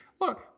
look